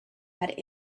had